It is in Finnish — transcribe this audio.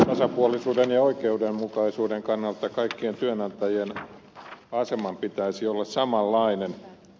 tasapuolisuuden ja oikeudenmukaisuuden kannalta kaikkien työnantajien aseman pitäisi olla samanlainen